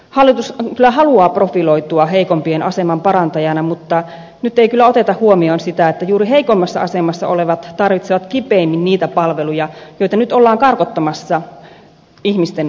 hallitus kyllä haluaa profiloitua heikoimpien aseman parantajana mutta nyt ei kyllä oteta huomioon sitä että juuri heikoimmassa asemassa olevat tarvitsevat kipeimmin niitä palveluja joita nyt ollaan karkottamassa ihmisten ulottuvilta